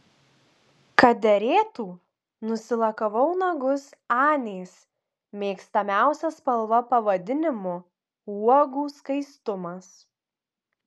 kad derėtų nusilakavau nagus anės mėgstamiausia spalva pavadinimu uogų skaistumas